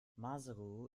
maseru